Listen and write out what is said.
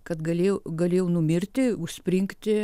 kad galėjau galėjau numirti užspringti